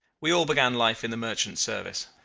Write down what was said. we all began life in the merchant service.